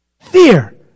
Fear